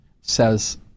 says